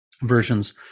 versions